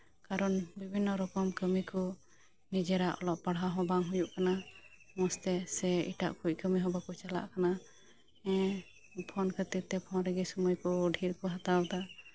ᱠᱟᱨᱚᱱ ᱵᱤᱵᱷᱤᱱᱱᱚ ᱨᱚᱠᱚᱢ ᱠᱟᱹᱢᱤ ᱠᱚ ᱱᱤᱡᱮᱨᱟᱜ ᱚᱞᱚᱜ ᱯᱟᱲᱦᱟᱣ ᱦᱚᱸ ᱵᱟᱝ ᱦᱩᱭᱩᱜ ᱠᱟᱱᱟ ᱢᱚᱡᱽ ᱛᱮ ᱥᱮ ᱮᱴᱟᱜ ᱠᱚ ᱠᱟᱹᱢᱤ ᱦᱚᱸ ᱵᱟᱠᱚ ᱪᱟᱞᱟᱜ ᱠᱟᱱᱟ ᱯᱷᱳᱱ ᱠᱷᱟᱹᱛᱤᱨᱛᱮ ᱯᱷᱳᱱ ᱨᱮᱜᱮ ᱥᱚᱢᱚᱭ ᱠᱚ ᱰᱷᱮᱨ ᱠᱚ ᱦᱟᱛᱟᱣᱮᱫᱟ